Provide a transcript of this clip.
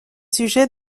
sujets